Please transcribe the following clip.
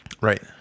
Right